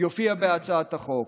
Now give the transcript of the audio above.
יופיע בהצעת החוק.